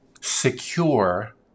secure